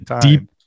deep